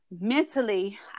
mentally